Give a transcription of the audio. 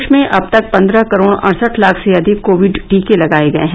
देश में अब तक पन्द्रह करोड अड़सठ लाख से अघिक कोविड टीके लगाए गए हैं